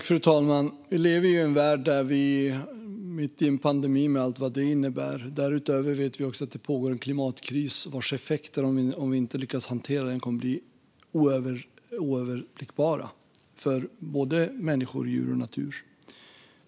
Fru talman! Vi lever mitt i en pandemi med allt vad det innebär. Därutöver vet vi också att det pågår en klimatkris vars effekter, om vi inte lyckas hantera den, kommer att bli oöverblickbara både för människor, djur och natur.